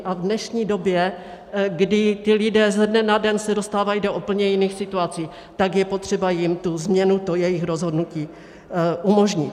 A v dnešní době, kdy ti lidé ze dne na den se dostávají do úplně jiných situací, je potřeba jim tu změnu, to jejich rozhodnutí umožnit.